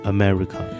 America